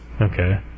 okay